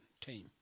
team